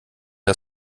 der